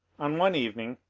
on one evening,